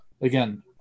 Again